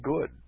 good